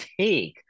take